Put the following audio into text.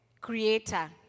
creator